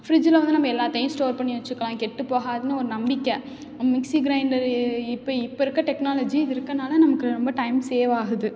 ஃப்ரிட்ஜில் வந்து நம்ம எல்லாத்தையும் ஸ்டோர் பண்ணி வெச்சுக்கலாம் கெட்டுப் போகாதுன்னு ஒரு நம்பிக்கை மிக்ஸி க்ரைண்டர் இப்போ இப்போ இருக்க டெக்னாலஜி இது இருக்கனால நமக்கு ரொம்ப டைம் சேவ் ஆகுது